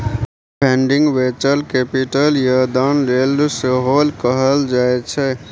funding venture capital या दान लेल सेहो कएल जा सकै छै